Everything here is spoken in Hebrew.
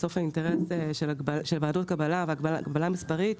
האינטרס של ועדות קבלה והגבלה מספרית,